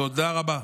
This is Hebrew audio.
תודה רבה.